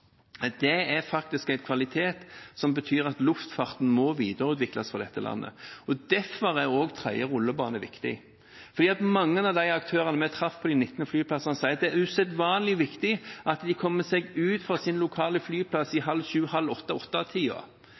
Det er faktisk en kvalitet som betyr at luftfarten må videreutvikles i dette landet. Derfor er også tredje rullebane viktig. Mange av aktørene vi traff på de 19 flyplassene, sa at det var usedvanlig viktig at de kommer seg ut fra den lokale flyplassen i tiden mellom halv sju og åtte. Hvis en da har begrensninger på kapasiteten på Gardermoen, betyr det at mange